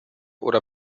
oder